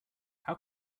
how